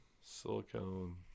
silicone